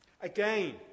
Again